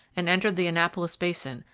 and entered the annapolis basin,